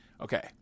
okay